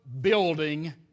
building